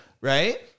Right